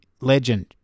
legend